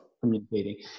communicating